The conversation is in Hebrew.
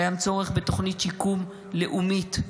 קיים צורך בתוכנית שיקום לאומית,